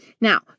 Now